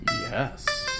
yes